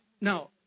Now